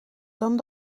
dan